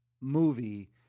movie